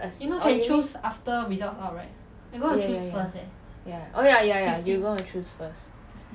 ya ya ya ya oh ya ya you gonna choose first